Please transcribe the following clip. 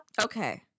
okay